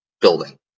building